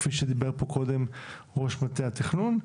כפי שדיבר פה קודם ראש מטה התכנון.